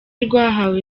rwahawe